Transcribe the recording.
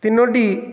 ତିନୋଟି